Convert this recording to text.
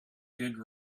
did